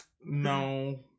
no